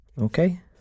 Okay